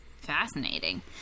fascinating